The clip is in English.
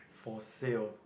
for sale